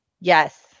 yes